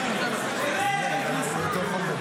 תתביישו לכם.